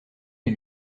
les